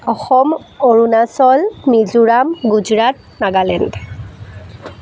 Assam Arunachal Mizoram Gujarat Nagaland